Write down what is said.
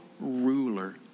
ruler